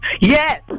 Yes